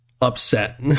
upset